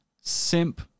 simp